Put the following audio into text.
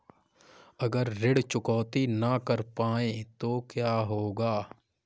अगर ऋण चुकौती न कर पाए तो क्या होगा?